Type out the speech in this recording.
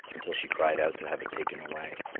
until she cried out to have it taken away.